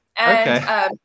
Okay